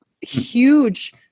huge